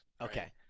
Okay